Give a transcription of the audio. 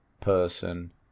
person